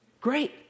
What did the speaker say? great